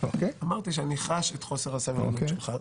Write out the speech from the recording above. אמרתי שאני חש את חוסר הסבלנות שלך.